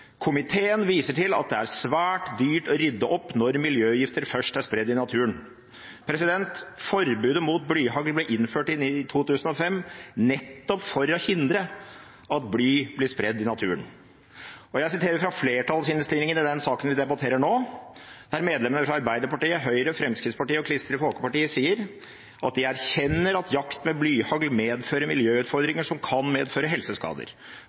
komiteen «viser til at det er svært dyrt å rydde opp når miljøgifter først er spredd i naturen». Forbudet mot blyhagl ble innført i 2005, nettopp for å hindre at bly ble spredd i naturen. Og jeg siterer fra flertallsinnstillingen i saken vi debatterer nå, der medlemmene fra Arbeiderpartiet, Høyre, Fremskrittspartiet og Kristelig Folkeparti sier at de «erkjenner at jakt med blyhagl medfører miljøutfordringer og kan medføre helseskader.